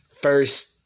first